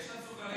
יש שם סוכרייה,